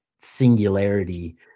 singularity